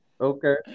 Okay